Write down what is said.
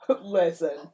listen